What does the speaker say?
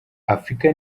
afrika